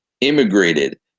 immigrated